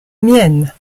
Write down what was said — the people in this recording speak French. mienne